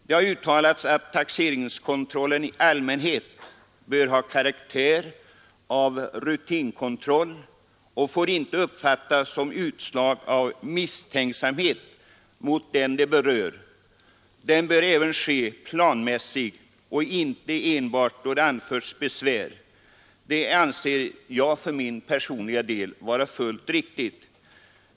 Det har uttalats att taxeringskontrollen i allmänhet bör ha karaktär av rutinkontroll och inte får uppfattas som utslag av misstänksamhet mot den som den berör. Den bör även ske planmässigt och inte enbart då besvär anförts. Jag anser för min personliga del detta vara fullt riktigt.